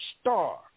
star